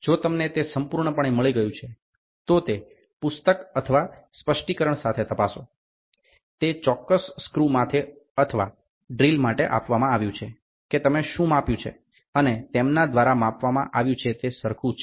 જો તમને તે સંપૂર્ણ પણે મળી ગયું છે તો તે પુસ્તક અથવા સ્પષ્ટીકરણ સાથે તપાસો તે ચોક્કસ સ્ક્રૂ માટે અથવા ડ્રિલ માટે આપવામાં આવ્યું છે કે તમે શું માપ્યું છે અને તેમના દ્વારા આપવામાં આવ્યુ છે તે સરખુ છે